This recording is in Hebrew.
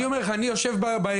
אני אומר לך, אני יושב בעירייה.